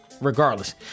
regardless